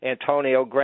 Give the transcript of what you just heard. Antonio